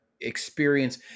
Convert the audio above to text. experience